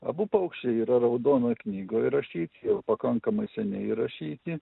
abu paukščiai yra raudonoj knygoj įrašyti jau pakankamai seniai įrašyti